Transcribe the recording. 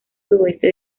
sudoeste